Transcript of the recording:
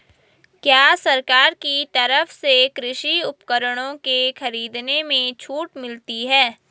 क्या सरकार की तरफ से कृषि उपकरणों के खरीदने में छूट मिलती है?